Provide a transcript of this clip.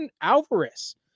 Alvarez